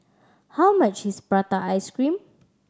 how much is prata ice cream